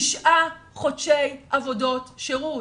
תשעה חודשי עבודות שירות.